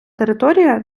територія